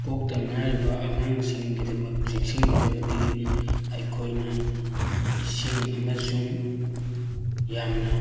ꯄꯣꯛꯄꯇ ꯉꯥꯏꯔꯤꯕ ꯑꯉꯥꯡꯁꯤꯡꯒꯤꯗꯃꯛ ꯆꯦꯛꯁꯤꯟꯒꯗꯕꯗꯤ ꯑꯩꯈꯣꯏꯅ ꯏꯁꯤꯡ ꯑꯃꯁꯨꯡ ꯌꯥꯝꯅ